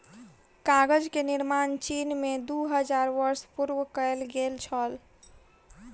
कागज के निर्माण चीन में दू हजार वर्ष पूर्व कएल गेल छल